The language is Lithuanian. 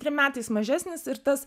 trim metais mažesnis ir tas